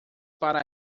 para